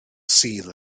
sul